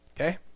okay